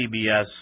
CBS